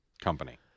Company